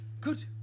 Good